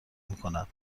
میکند